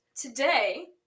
Today